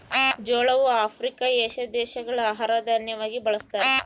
ಜೋಳವು Africa, Asia ದೇಶಗಳ ಆಹಾರ ದಾನ್ಯವಾಗಿ ಬಳಸ್ತಾರ